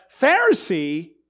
Pharisee